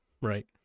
right